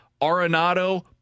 Arenado